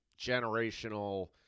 generational